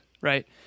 Right